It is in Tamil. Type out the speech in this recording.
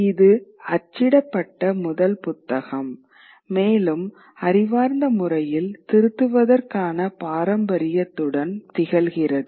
இது அச்சிடப்பட்ட முதல் புத்தகம் மேலும் அறிவார்ந்த முறையில் திருத்துவதற்கான பாரம்பரியத்துடன் திகழ்கிறது